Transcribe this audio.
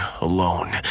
alone